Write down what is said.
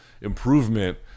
improvement